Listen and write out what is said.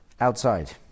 outside